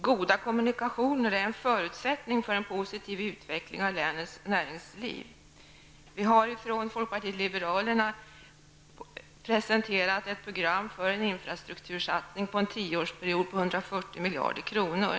Goda kommunikationer är en förutsättning för en positiv utveckling av länets näringsliv. Vi har från folkpartiet liberalerna presenterat ett program för en infrastruktursatsning på 140 miljarder kronor på en tioårsperiod.